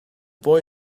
boy